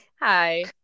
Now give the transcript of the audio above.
Hi